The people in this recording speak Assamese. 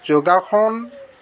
যোগাসন